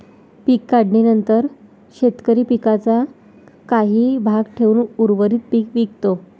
पीक काढणीनंतर शेतकरी पिकाचा काही भाग ठेवून उर्वरित पीक विकतो